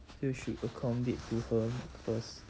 you should accommodate to her first